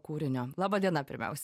kūrinio laba diena pirmiausia